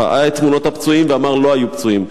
ראה את תמונות הפצועים, ואמר: לא היו פצועים.